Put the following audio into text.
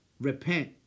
Repent